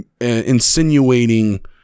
insinuating